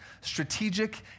strategic